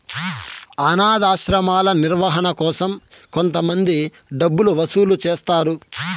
అనాధాశ్రమాల నిర్వహణ కోసం కొంతమంది డబ్బులు వసూలు చేస్తారు